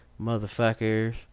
Motherfuckers